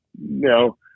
No